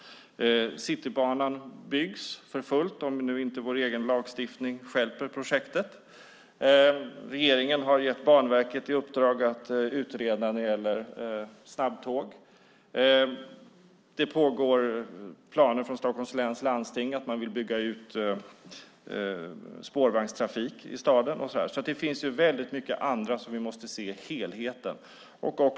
Citybanan byggs för fullt, om nu inte vår egen lagstiftning stjälper projektet. Regeringen har gett Banverket i uppdrag att genomföra en utredning om snabbtåg. Det finns planer från Stockholms läns landsting om att bygga ut spårvagnstrafik i staden. Det finns alltså väldigt mycket annat. Vi måste se helheten.